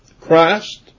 Christ